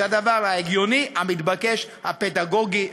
זה הדבר ההגיוני, המתבקש, הפדגוגי והמוסרי.